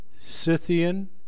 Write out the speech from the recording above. Scythian